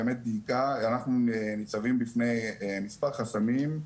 באמת דייקה, אנחנו ניצבים בפני מספר חסמים.